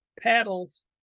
paddles